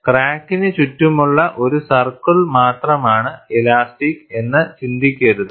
ക്രാക്കിന് ചുറ്റുമുള്ള ഒരു സർക്കിൾ മാത്രമാണ് ഇലാസ്റ്റിക് എന്ന് ചിന്തിക്കരുത്